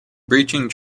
breaching